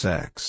Sex